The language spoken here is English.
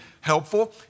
helpful